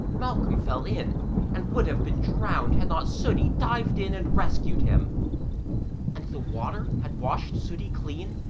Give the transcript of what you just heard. malcolm fell in and would have been drowned had not sooty dived in and rescued him and the water had washed sooty clean,